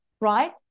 right